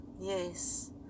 Yes